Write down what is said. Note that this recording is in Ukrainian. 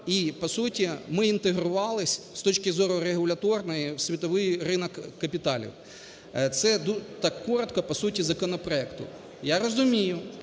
І по суті ми інтегрувались з точки зору регуляторної в світовий ринок капіталів. Це так коротко по суті законопроекту. Я розумію,